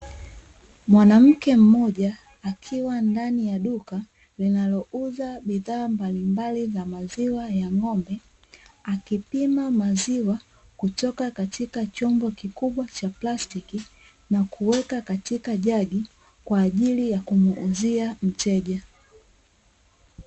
Mwanamke mmoja akiwa ndani ya duka linalouza bidhaa mbalimbali za maziwa ya ng’ombe, akipima maziwa kutoka katika chombo kikubwa cha plastiki nakuweka katika jagi, kwaajili ya kumuuzia mteja.